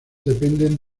dependen